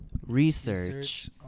Research